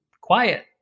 quiet